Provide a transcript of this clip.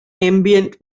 ambient